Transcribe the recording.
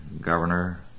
Governor